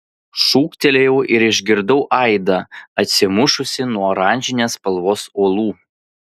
šūktelėjau ir išgirdau aidą atsimušusį nuo oranžinės spalvos uolų